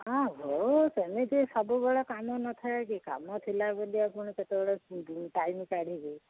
ହଁ ହଉ ସେମିତି ସବୁବେଳେ କାମ ନଥାଏ କି କାମ ଥିଲା ବୋଲି ଆପଣ ସେତେବେଳେ ଟାଇମ୍ କାଢ଼ିବେ